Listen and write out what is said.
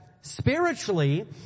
spiritually